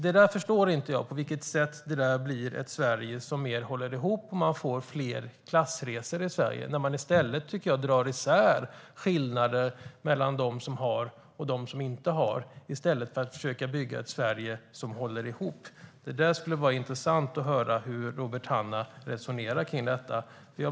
Jag förstår inte på vilket sätt det blir ett Sverige som håller ihop mer och där man får fler klassresor om man drar isär och ökar skillnaderna mellan dem som har och dem som inte har i stället för att försöka bygga ett Sverige som håller ihop. Det skulle vara intressant att höra hur Robert Hannah resonerar kring detta.